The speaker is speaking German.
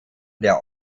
der